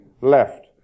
left